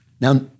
Now